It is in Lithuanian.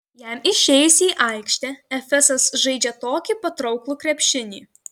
jam išėjus į aikštę efesas žaidžią tokį patrauklų krepšinį